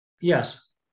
yes